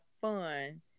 fun